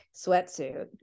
sweatsuit